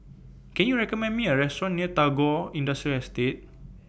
Can YOU recommend Me A Restaurant near Tagore Industrial Estate